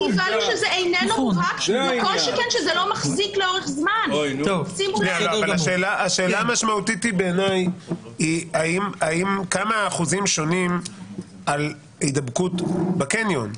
בעיניי השאלה המשמעותית היא כמה אחוזים שונים על הידבקות בקניון.